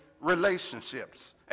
relationships